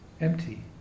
Empty